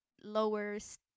lowers